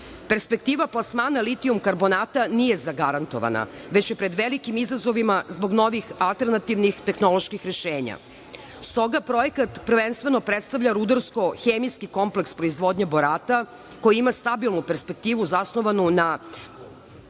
Perspektiva plasmana litijum karbonata nije zagarantovana, već je pred velikim izazovima zbog novih alternativnih tehnoloških rešenja. Stoga projekat prvenstveno predstavlja rudarsko-hemijski kompleks proizvodnje borata koja ima stabilnu perspektivu zasnovanu na